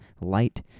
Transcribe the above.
light